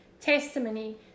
testimony